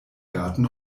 garten